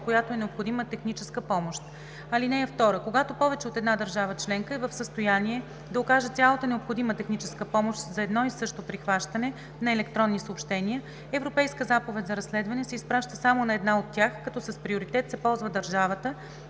която е необходима техническа помощ. (2) Когато повече от една държава членка е в състояние да окаже цялата необходима техническа помощ за едно и също прихващане на електронни съобщения, Европейска заповед за разследване се изпраща само на една от тях, като с приоритет се ползва държавата,